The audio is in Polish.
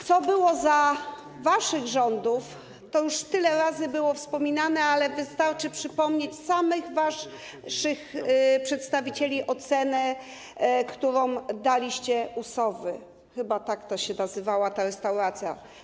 Co było za waszych rządów, to już tyle razy było wspominane, ale wystarczy przypomnieć samych waszych przedstawicieli ocenę, którą daliście u Sowy, chyba tak się nazywała ta restauracja.